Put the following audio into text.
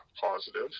positive